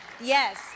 Yes